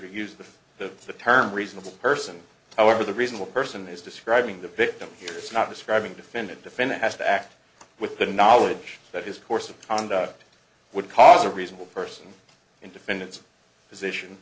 use the the term reasonable person however the reasonable person is describing the victim is not describing defendant defendant has to act with the knowledge that his course of conduct would cause a reasonable person in defendant's position